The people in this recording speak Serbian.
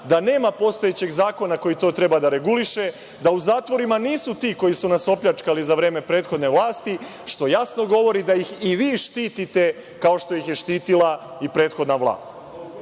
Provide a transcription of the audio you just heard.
da nema postojećeg zakona koji to treba da reguliše, da u zatvorima nisu ti koji su nas opljačkali za vreme prethodne vlasti, što jasno govori da ih i vi štitite kao što ih je štitila i prethodna vlast.I